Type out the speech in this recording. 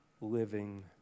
living